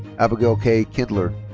abigail kay kindler.